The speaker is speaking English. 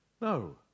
No